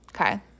Okay